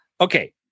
okay